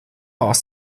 aus